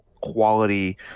quality –